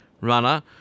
runner